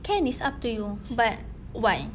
can it's up to you but why